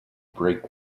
break